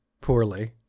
poorly